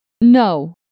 No